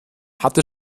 hatte